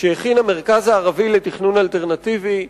שהכין המרכז הערבי לתכנון אלטרנטיבי,